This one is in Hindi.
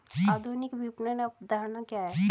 आधुनिक विपणन अवधारणा क्या है?